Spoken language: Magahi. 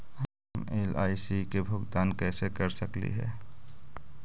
हम एल.आई.सी के भुगतान कैसे कर सकली हे?